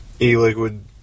e-liquid